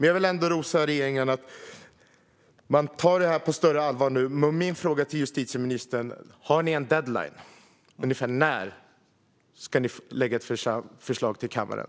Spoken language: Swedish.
Jag vill ändå rosa regeringen för att man tar det här på större allvar nu. Min fråga till justitieministern är: Har ni en deadline? Ungefär när ska ni lägga fram ett förslag till kammaren?